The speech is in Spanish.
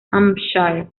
hampshire